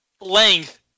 length